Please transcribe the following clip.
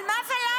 על מה ולמה?